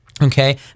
Okay